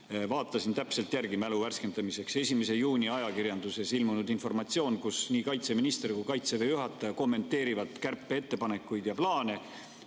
Vaatasin täpselt järele mälu värskendamiseks. 1. juuni ajakirjanduses ilmus informatsioon, kus nii kaitseminister kui ka Kaitseväe juhataja kommenteerivad kärpeettepanekuid ja ‑plaane.